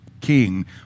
king